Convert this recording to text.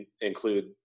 include –